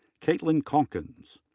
caitlin calkins.